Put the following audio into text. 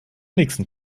nächsten